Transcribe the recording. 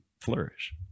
flourish